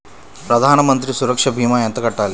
ప్రధాన మంత్రి సురక్ష భీమా ఎంత కట్టాలి?